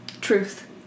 Truth